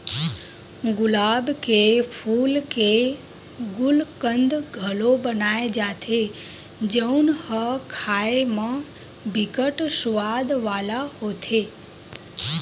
गुलाब के फूल के गुलकंद घलो बनाए जाथे जउन ह खाए म बिकट सुवाद वाला होथे